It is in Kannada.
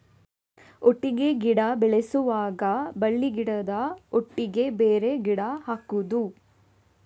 ಒಟ್ಟಿಗೆ ಗಿಡ ಬೆಳೆಸುವಾಗ ಬಳ್ಳಿ ಗಿಡದ ಒಟ್ಟಿಗೆ ಬೇರೆ ಗಿಡ ಹಾಕುದ?